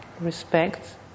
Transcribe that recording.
respect